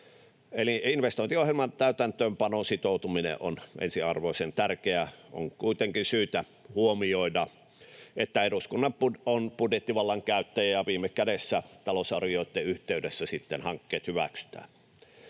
Eli investointiohjelman täytäntöönpanoon sitoutuminen on ensiarvoisen tärkeää. On kuitenkin syytä huomioida, että eduskunta on budjettivallan käyttäjä ja sitten viime kädessä talousarvioitten yhteydessä hankkeet hyväksytään.